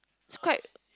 it's quite